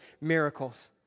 miracles